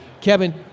kevin